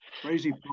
crazy